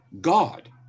God